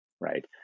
right